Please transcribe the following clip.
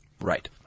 Right